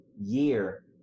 year